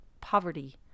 poverty